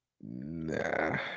Nah